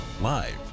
live